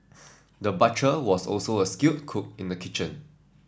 the butcher was also a skilled cook in the kitchen